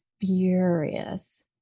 furious